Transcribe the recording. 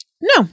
No